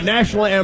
National